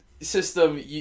system